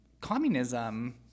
communism